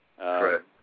Correct